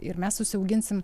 ir mes užsiauginsim